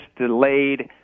delayed